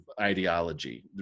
ideology